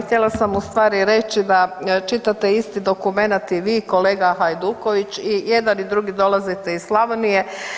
Htjela sam u stvari reći da čitate isti dokumenat i vi i kolega Hajduković, i jedan i drugi dolazite iz Slavonije.